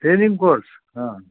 training course हां